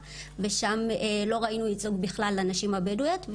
ושם לא ראינו ייצוג בכלל של הנשים הבדואיות,